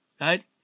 right